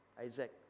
Isaac